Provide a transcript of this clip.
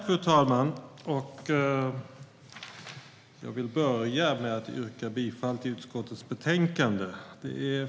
Fru talman! Jag vill börja med att yrka bifall till utskottets förslag i betänkandet.